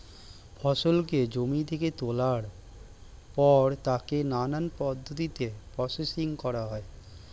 ফসলকে জমি থেকে তোলার পর তাকে নানান পদ্ধতিতে প্রসেসিং করা হয়